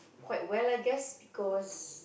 quite well I guess because